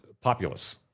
populace